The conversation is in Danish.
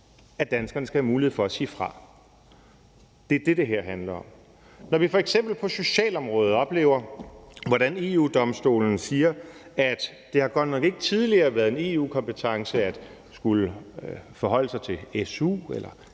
at danskerne skal have mulighed for at sige fra. Det er det, det her handler om. Når vi f.eks. på socialområdet oplever, hvordan EU-Domstolen siger, at det godt nok ikke tidligere har været en EU-kompetence at skulle forholde sig til su,